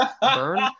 burn